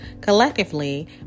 collectively